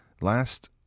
last